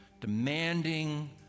demanding